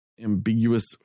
ambiguous